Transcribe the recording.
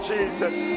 Jesus